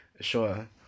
Sure